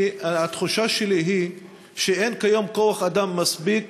התחושה שלי היא שאין כיום כוח-אדם מספיק